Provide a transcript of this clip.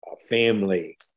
family